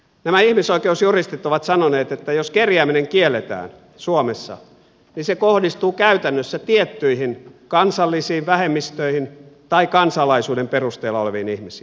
nämä ihmisoikeusjuristit ovat sanoneet että jos kerjääminen kielletään suomessa niin se kohdistuu käytännössä tiettyihin kansallisiin vähemmistöihin tai kansalaisuuden perusteella oleviin ihmisiin